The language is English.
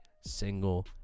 single